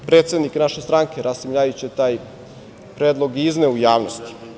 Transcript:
Predsednik naše stranke, Rasim Ljajić, je taj predlog i izneo u javnost.